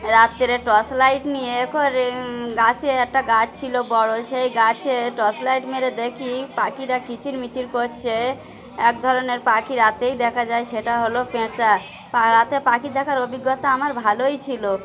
রাত্রে torch light নিয়ে এ করে গাছে একটা গাছ ছিল বড় সেই গাছে টর্চ লাইট মেরে দেখি পাখিরা কিচির মিচির করছে এক ধরনের পাখি রাতেই দেখা যায় সেটা হলো পেঁচা রাতে পাখি দেখার অভিজ্ঞতা আমার ভালোই ছিল